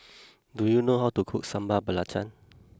do you know how to cook Sambal Belacan